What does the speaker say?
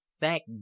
Thank